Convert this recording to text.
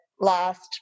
last